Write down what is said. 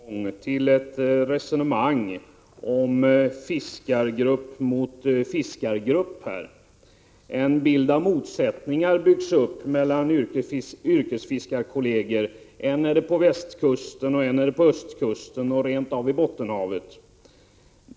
Herr talman! Kaj Larsson återkommer gång på gång till ett resonemang om fiskargrupp mot fiskargrupp. En bild av motsättningar mellan yrkesfiskarkolleger byggs upp. Än är det på västkusten och än är det på östkusten och rent av i Bottenhavet.